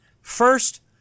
First